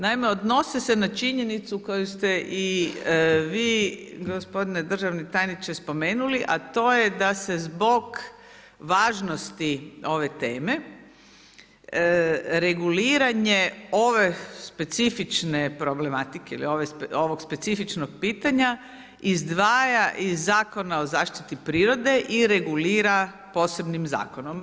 Naime, odnose se na činjenicu koju ste i vi gospodine državni tajniče spomenuli, a to je da se zbog važnosti ove teme reguliranje ove specifične problematike ili ovog specifičnog pitanja izdvaja iz Zakona o zaštiti prirode i regulira posebnim zakonom.